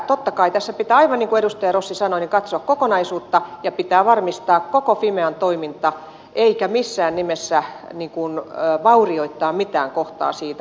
totta kai tässä pitää aivan niin kuin edustaja rossi sanoi katsoa kokonaisuutta ja pitää varmistaa koko fimean toiminta eikä missään nimessä vaurioittaa mitään kohtaa siitä